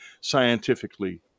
Scientifically